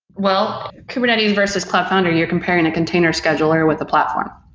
well, kubernetes versus cloud foundry, you're comparing a container scheduler with a platform.